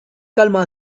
calma